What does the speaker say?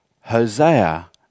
Hosea